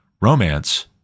romance